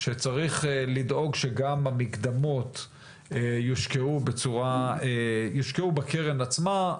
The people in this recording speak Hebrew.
שצריך לדאוג שגם המקדמות יושקעו בקרן עצמה.